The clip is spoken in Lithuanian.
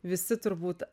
visi turbūt